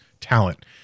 talent